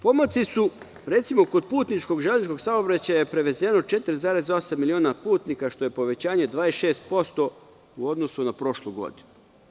Pomaci, recimo kod putničkog železničkog saobraćaja prevezeno je 4,8 miliona putnika što je povećanje 26% u odnosu na prošlu godinu.